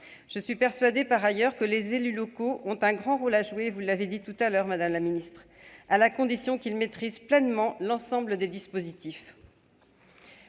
Je suis persuadée par ailleurs que les élus locaux ont un grand rôle à jouer- vous l'avez dit, madame la ministre -, à la condition qu'ils maîtrisent pleinement l'ensemble des dispositifs.